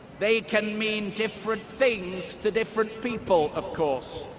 they can mean different things to different people, of course.